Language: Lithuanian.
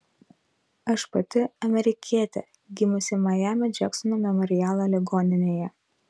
aš pati amerikietė gimusi majamio džeksono memorialo ligoninėje